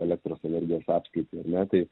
elektros energijos apskaitai ar ne tai